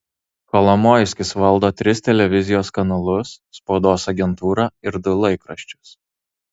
kolomoiskis valdo tris televizijos kanalus spaudos agentūrą ir du laikraščius